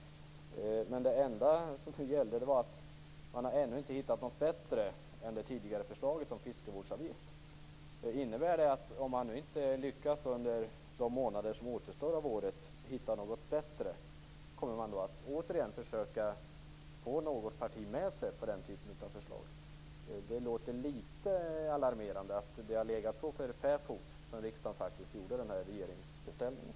Men det enda som gällde var att man ännu inte har hittat något bättre än det tidigare förslaget om fiskevårdsavgift. Innebär det att om man under de månader som återstår av året inte lyckas hitta något bättre, kommer man att återigen försöka få något parti med sig på den typen av förslag? Det låter litet alarmerande att det har legat för fäfot sedan riksdagen gjorde den här regeringsbeställningen.